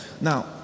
Now